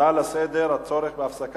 הצעות לסדר-היום מס' 3375 ו-3384: הצורך בהפסקת